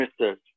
Mr